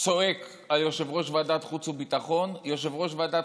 צועק על יושב-ראש ועדת החוץ והביטחון ויושב-ראש ועדת